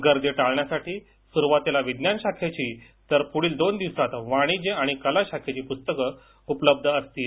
गर्दी टाळण्यासाठी सुरुवातीला विज्ञान शाखेची तर पुढील दोन दिवसात वाणिज्य आणि कला शाखेची पुस्तके उपलब्ध असतील